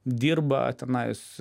dirba tenais